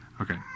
Okay